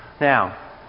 Now